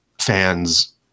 fans